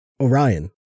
Orion